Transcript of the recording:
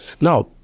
Now